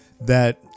that-